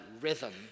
rhythm